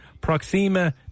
Proxima